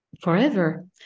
forever